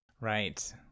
Right